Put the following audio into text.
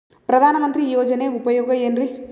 ಪ್ರಧಾನಮಂತ್ರಿ ಯೋಜನೆ ಉಪಯೋಗ ಏನ್ರೀ?